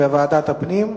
יידון בוועדת הפנים.